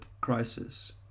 crisis